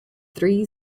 three